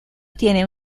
tiene